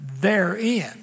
therein